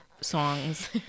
songs